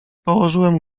położyłem